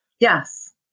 Yes